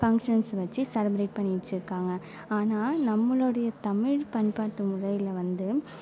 functions வச்சு celebrate பண்ணிகிட்டு இருக்காங்க ஆனால் நம்மளோடைய தமிழ் பண்பாட்டு முறையில் வந்து